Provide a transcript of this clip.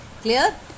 Clear